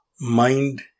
mind